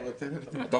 כן.